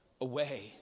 away